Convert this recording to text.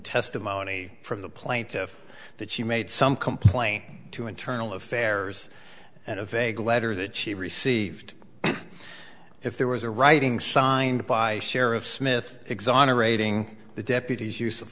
testimony from the plaintiff that she made some complaint to internal affairs and a vague letter that she received if there was a writing signed by sheriff smith exonerating the deputy's use of